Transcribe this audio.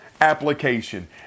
application